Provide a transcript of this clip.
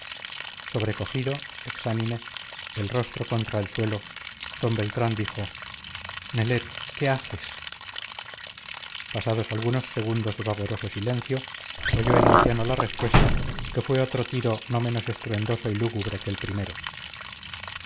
sobrecogido exánime el rostro contra el suelo d beltrán dijo nelet qué haces pasados algunos segundos de pavoroso silencio oyó el anciano la respuesta que fue otro tiro no menos estruendoso y lúgubre que el primero